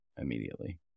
immediately